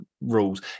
rules